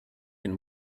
can